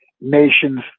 nations